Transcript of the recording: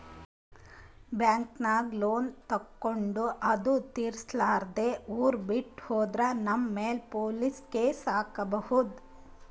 ಬ್ಯಾಂಕ್ದಾಗ್ ಲೋನ್ ತಗೊಂಡ್ ಅದು ತಿರ್ಸಲಾರ್ದೆ ಊರ್ ಬಿಟ್ಟ್ ಹೋದ್ರ ನಮ್ ಮ್ಯಾಲ್ ಪೊಲೀಸ್ ಕೇಸ್ ಆಗ್ಬಹುದ್